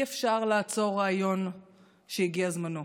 אי-אפשר לעצור רעיון שהגיע זמנו.